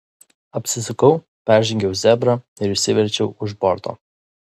apsisukau peržengiau zebrą ir išsiverčiau už borto